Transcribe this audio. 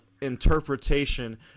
interpretation